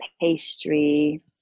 pastry